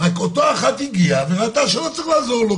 רק אותה אחת הגיעה וראתה שלא צריך לעזור לו,